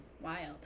Wild